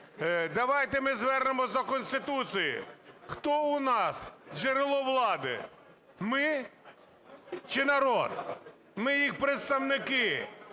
Давайте ми звернемось до Конституції. Хто у нас джерело влади – ми чи народ? Ми – їх представники.